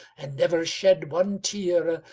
and never shed one tear,